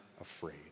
afraid